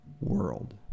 world